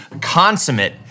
consummate